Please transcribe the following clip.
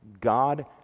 God